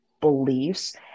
beliefs